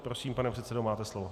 Prosím, pane předsedo, máte slovo.